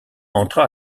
entra